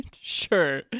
Sure